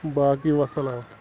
باقٕے وَسلام